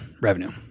Revenue